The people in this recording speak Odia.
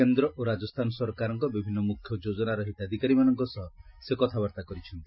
କେନ୍ଦ୍ର ଓ ରାଜସ୍ଥାନ ସରକାରଙ୍କ ବିଭିନ୍ନ ମୁଖ୍ୟ ଯୋଜନାର ହିତାଧିକାରୀମାନଙ୍କ ସହ ସେ କଥାବାର୍ତ୍ତା କରିଛନ୍ତି